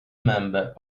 member